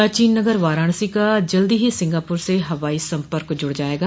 प्राचीन नगर वाराणसी का जल्दी ही सिंगापुर से हवाई संपर्क जुड़ जाएगा